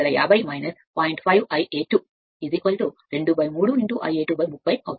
5 ∅∅ 2 23 ∅2 30 అని పిలుస్తారు